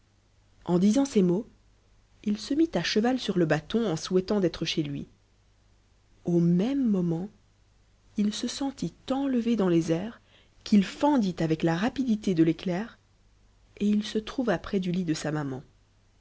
en disant ces mots il se mit à cheval sur le bâton en souhaitant d'être chez lui au même moment il se sentit enlever dans les airs qu'il fendit avec la rapidité de l'éclair et il se trouva près du lit de sa maman